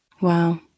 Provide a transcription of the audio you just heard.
Wow